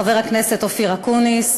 חבר הכנסת אופיר אקוניס,